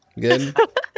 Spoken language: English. Good